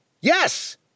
Yes